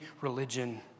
religion